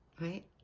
right